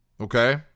Okay